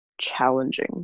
challenging